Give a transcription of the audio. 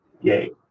Yay